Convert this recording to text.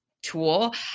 tool